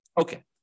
Okay